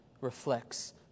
reflects